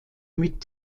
mit